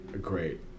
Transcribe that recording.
great